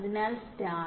അതിനാൽ സ്റ്റാർ